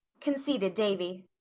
conceded davy.